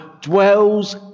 dwells